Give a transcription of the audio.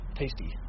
tasty